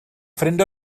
ffrind